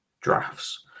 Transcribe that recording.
drafts